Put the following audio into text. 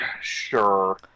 Sure